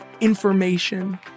information